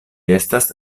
estas